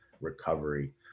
recovery